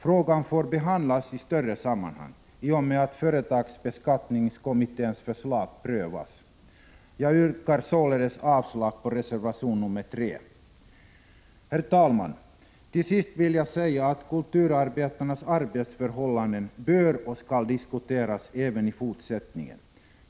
Frågan får behandlas i större sammanhang, då företagsbeskattningskommitténs förslag prövas. Jag yrkar således avslag på reservation nr 3. Herr talman! Till sist vill jag säga att kulturarbetarnas arbetsförhållanden bör och skall diskuteras även i fortsättningen.